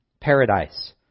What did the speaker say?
paradise